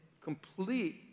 complete